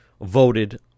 voted